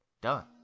done